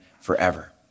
forever